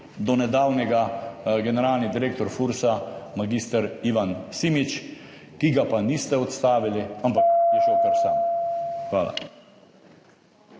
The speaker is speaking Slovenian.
do nedavnega generalni direktor Fursa, mag. Ivan Simič, ki pa ga niste odstavili, ampak je šel kar sam. Hvala.